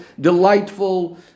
delightful